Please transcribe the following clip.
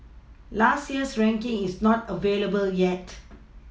last year's ranking is not available yet